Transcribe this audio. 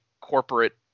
corporate